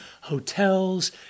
hotels